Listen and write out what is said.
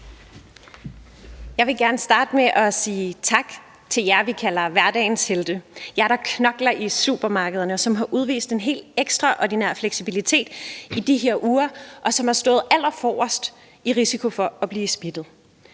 Jeg vil gerne starte med at sige tak til jer, vi kalder hverdagens helte, jer, der knokler i supermarkederne og har udvist en helt ekstraordinær fleksibilitet i de her uger, og som har stået allerforrest i forhold til risikoen for at blive smittet.